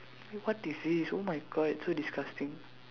what is this oh my God it's so disgusting